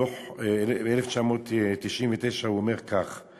בדוח ב-1999 הוא אומר כך: